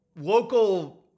local